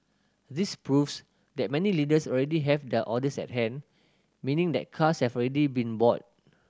this proves that many dealers already have their orders at hand meaning that cars have already been bought